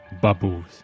bubbles